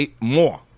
more